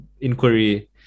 inquiry